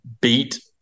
beat